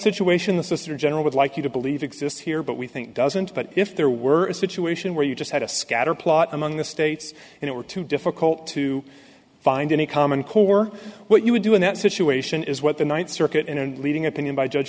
situation the sr gen would like you to believe exists here but we think doesn't but if there were a situation where you just had a scatterplot among the states and it were too difficult to find any common core what you would do in that situation is what the ninth circuit in and leading opinion by judge